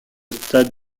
stade